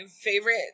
favorite